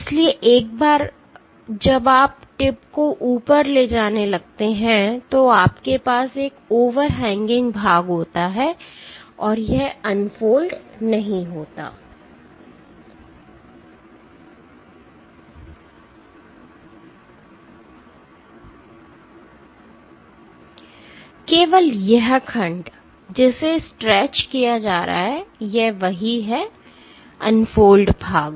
इसलिए एक बार जब आप टिप को ऊपर ले जाने लगते हैं तो आपके पास एक ओवरहैंगिंग भाग होता है यह अनफोल्ड नहीं होता है केवल यह खंड जिसे स्ट्रेच किया जा रहा है यह वही है अनफोल्ड भाग